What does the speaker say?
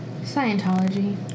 Scientology